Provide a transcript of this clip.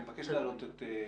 אני מבקש להעלות את פרופ'